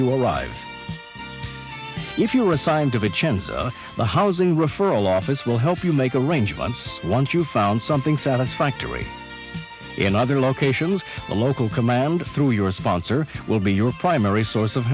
you arrive if you are assigned a chance the housing referral office will help you make arrangements once you've found something satisfactory in other locations a local command through your sponsor will be your primary source of